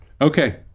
Okay